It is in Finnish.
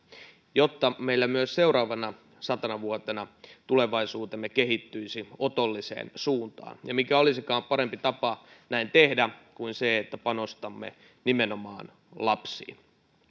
jotta meillä myös seuraavana satana vuotena tulevaisuutemme kehittyisi otolliseen suuntaan mikä olisikaan parempi tapa näin tehdä kuin se että panostamme nimenomaan lapsiin